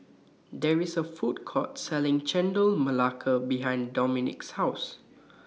There IS A Food Court Selling Chendol Melaka behind Dominick's House